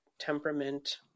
temperament